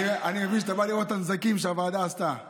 אני מבין שאתה בא לראות את הנזקים שהוועדה עשתה בראשותך.